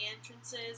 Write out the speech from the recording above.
entrances